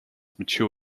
mature